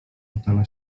fotela